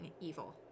evil